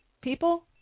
people